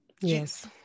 Yes